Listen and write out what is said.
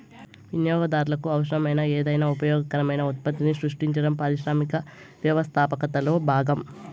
వినియోగదారులకు అవసరమైన ఏదైనా ఉపయోగకరమైన ఉత్పత్తిని సృష్టించడం పారిశ్రామిక వ్యవస్థాపకతలో భాగం